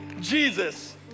Jesus